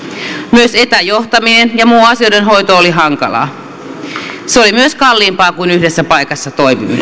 myös etäjohtaminen ja muu asioiden hoito oli hankalaa se oli myös kalliimpaa kuin yhdessä paikassa